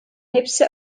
hepsi